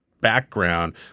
background